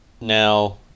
Now